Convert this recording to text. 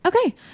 Okay